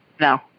No